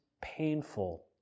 painful